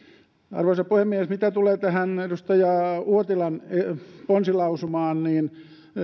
arvoisa puhemies mitä tulee tähän edustaja uotilan ponsilausumaan niin